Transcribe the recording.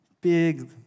big